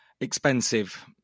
expensive